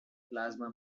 plasma